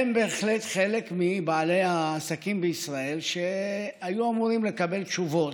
הם בהחלט חלק מבעלי העסקים בישראל שהיו אמורים לקבל תשובות,